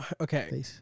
Okay